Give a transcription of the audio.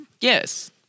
Yes